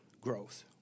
growth